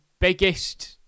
biggest